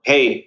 Hey